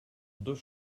deux